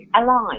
Alive